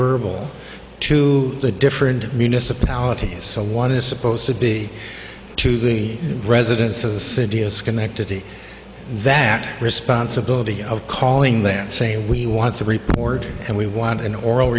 verbal to the different municipalities so one is supposed to be to the residence of the city of schenectady that responsibility of calling back and say we want to report and we want an oral